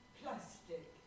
plastic